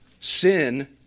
sin